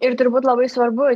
ir turbūt labai svarbu